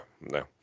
no